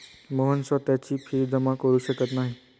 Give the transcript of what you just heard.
मोहन स्वतःची फी जमा करु शकत नाही